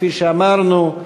כפי שאמרנו,